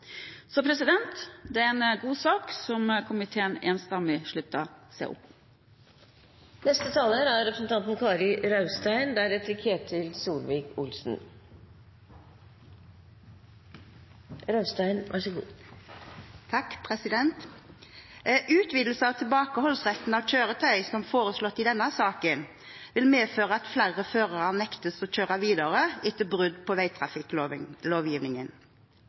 er en god sak, som komiteen enstemmig slutter opp om. Utvidelse av tilbakeholdsretten av kjøretøy, som foreslått i denne saken, vil medføre at flere førere nektes å kjøre videre etter brudd på